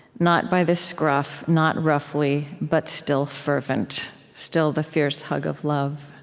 not by the scruff, not roughly, but still fervent. still the fierce hug of love.